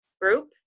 group